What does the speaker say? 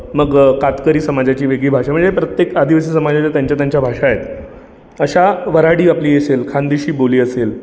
मग कातकरी समाजाची वेगळी भाषा म्हणजे प्रत्येक आदिवासी समाजाच्या त्यांच्या त्यांच्या भाषा आहेत अशा वऱ्हाडी आपली असेल खानदेशी बोली असेल